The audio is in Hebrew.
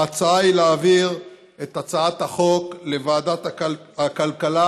ההצעה היא להעביר את הצעת החוק לוועדת הכלכלה.